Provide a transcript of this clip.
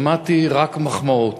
שמעתי רק מחמאות.